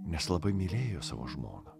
nes labai mylėjo savo žmoną